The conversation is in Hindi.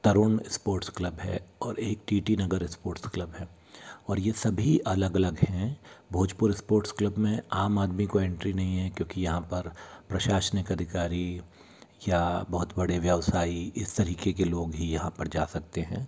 तरुण इस्पोर्ट्स क्लब है और एक टी टी नगर इस्पोर्ट्स क्लब है और ये सभी अलग अलग हैं भोजपुर इस्पोर्ट्स क्लब में आम आदमी को एंट्री नही है क्योंकि यहाँ पर प्रशाशनिक अधिकारी या बहुत बड़े व्यवसायी इस तरीके के लोग ही यहाँ पर जा सकते हैं